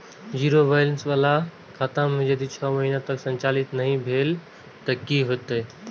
Zero balance बाला खाता में यदि छः महीना तक संचालित नहीं भेल ते कि होयत?